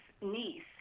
niece